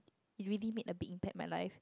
it really made a big impact in my life